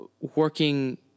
working